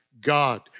God